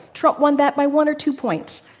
trump won that by one or two points.